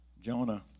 Jonah